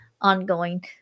ongoing